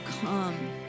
come